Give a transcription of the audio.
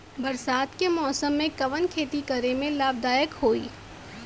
बरसात के मौसम में कवन खेती करे में लाभदायक होयी?